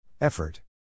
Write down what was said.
Effort